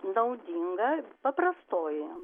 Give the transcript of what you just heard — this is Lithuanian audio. naudinga paprastoji